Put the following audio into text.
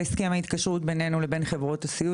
בהסכם ההתקשרות בינינו לבין חברות הסיעוד,